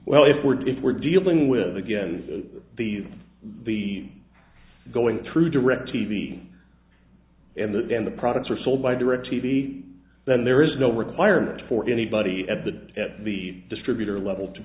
well if we're if we're dealing with again the the going through direct t v and then the products are sold by directv then there is no requirement for anybody at the at the distributor level to